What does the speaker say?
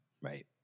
Right